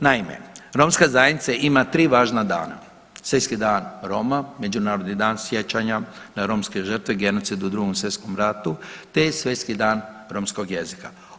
Naime, romska zajednica ima 3 važna dana, Svjetski dan Roma, Međunarodni dan sjećanja na romske žrtve genocid u Drugom svjetskom ratu te Svjetski dan romskog jezika.